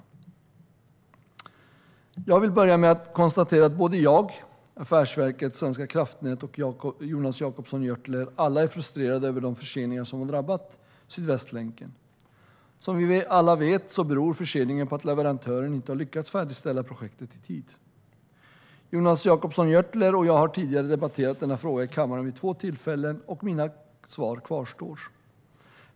Svar på interpellationer Jag vill börja med att konstatera att såväl jag som Affärsverket svenska kraftnät och Jonas Jacobsson Gjörtler alla är frustrerade över de förseningar som drabbat Sydvästlänken. Som vi alla vet beror förseningen på att leverantören inte har lyckats färdigställa projektet i tid. Jonas Jacobsson Gjörtler och jag har tidigare debatterat denna fråga i kammaren vid två tillfällen, och mina svar kvarstår.